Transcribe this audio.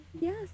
Yes